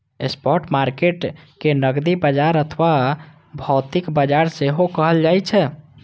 spot market कें नकदी बाजार अथवा भौतिक बाजार सेहो कहल जाइ छै